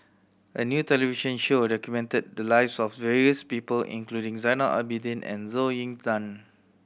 a new television show documented the lives of various people including Zainal Abidin and Zhou Ying Nan